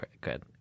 Good